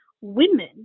women